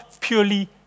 purely